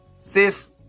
Sis